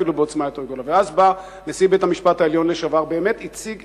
ואז בא נשיא בית-המשפט העליון לשעבר ובאמת הציג